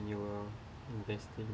your investing